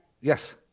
Yes